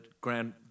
Grand